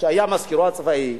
שהיה מזכירו הצבאי.